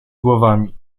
głowami